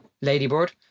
ladybird